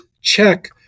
check